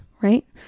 right